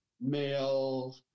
male